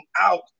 out